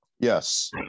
Yes